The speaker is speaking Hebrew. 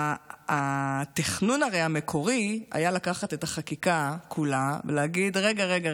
התכנון המקורי הרי היה לקחת את החקיקה כולה ולהגיד: רגע,